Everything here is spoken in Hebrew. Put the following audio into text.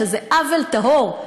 שזה עוול טהור,